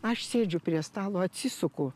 aš sėdžiu prie stalo atsisuku